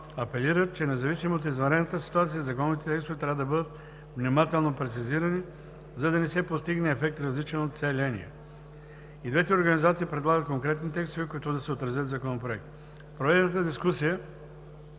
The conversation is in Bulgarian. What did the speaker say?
апелират, че независимо от извънредната ситуация, законовите текстове трябва да бъдат внимателно прецизирани, за да не се постигне ефект, различен от целения. И двете организации предлагат конкретни текстове, които да се отразят в Законопроекта. В проведената дискусия